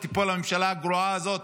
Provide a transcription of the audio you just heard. ושתיפול הממשלה הגרועה הזאת,